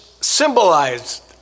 symbolized